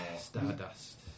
stardust